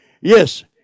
Yes